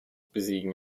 besiegen